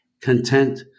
content